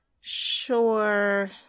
sure